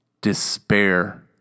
despair